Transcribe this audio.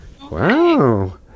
Wow